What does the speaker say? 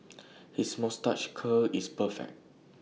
his moustache curl is perfect